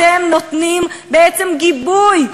אתם נותנים בעצם גיבוי.